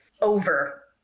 over